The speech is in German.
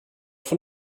von